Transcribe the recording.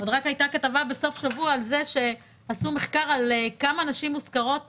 רק בסוף שבוע זה הייתה כתבה לפיה עשו מחקר כמה נשים מוזכרות